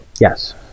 Yes